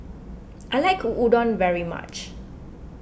I like Udon very much